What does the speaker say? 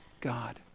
God